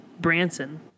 Branson